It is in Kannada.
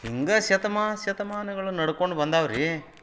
ಹಿಂಗೆ ಶತಮಾನ ಶತಮಾನಗಳು ನಡ್ಕೊಂಡು ಬಂದಿವೆ ರೀ